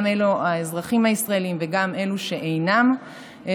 גם האזרחים הישראלים וגם אלה שאינם כאלה,